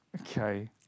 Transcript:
okay